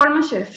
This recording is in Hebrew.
כל מה שאפשר.